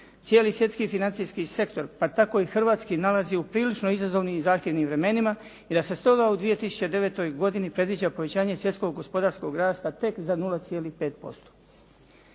cijeli svjetski financijski sektor pa tako i hrvatski, nalazi u prilično izazovnim i zahtjevnim vremenima i da se stoga u 2009. godini predviđa povećanje svjetskog gospodarskog rasta tek za 0,5%.